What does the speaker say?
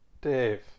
Dave